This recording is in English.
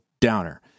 downer